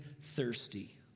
thirsty